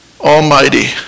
Almighty